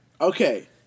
Okay